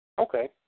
Okay